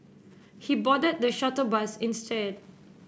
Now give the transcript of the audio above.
he boarded the shuttle bus instead